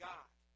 God